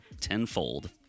tenfold